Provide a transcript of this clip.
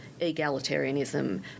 egalitarianism